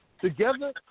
Together